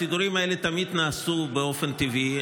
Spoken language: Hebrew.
הסידורים האלה תמיד נעשו באופן טבעי,